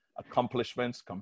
accomplishments